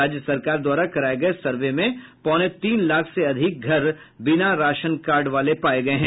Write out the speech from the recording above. राज्य सरकार द्वारा कराये गये सर्वे में पौने तीन लाख से अधिक घर बिना राशन कार्ड वाले पाये गये हैं